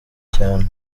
cyane